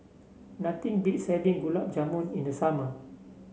nothing beats having Gulab Jamun in the summer